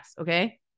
okay